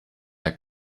der